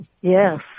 Yes